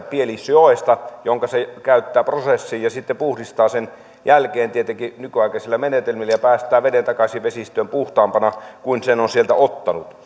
pielisjoesta vettä jonka se käyttää prosessiin ja puhdistaa sen jälkeen tietenkin nykyaikaisilla menetelmillä ja päästää veden takaisin vesistöön puhtaampana kuin sen on sieltä ottanut